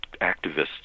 activists